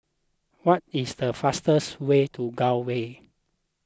what is the faster way to Gul Way